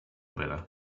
better